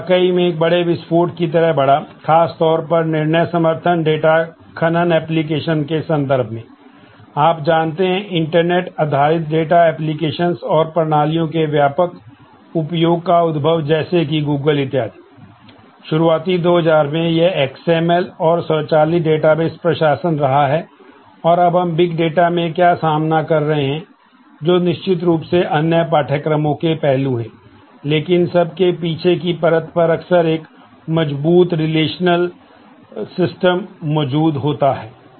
यह वाकई में बड़े विस्फोट की तरह बढ़ा खासतौर पर निर्णय समर्थन डेटा खनन एप्लिकेशनस प्रणाली मौजूद होती है